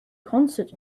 concert